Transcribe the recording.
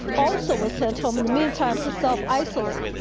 also was sent home in the meantime to self isolate.